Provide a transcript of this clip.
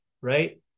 right